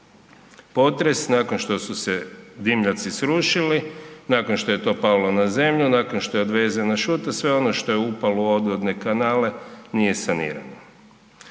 potres, nakon što su se dimnjaci srušili, nakon što je to palo na zemlju, nakon što je odvezena šuta sve ono što je upalo u odvodne kanale nije sanirano.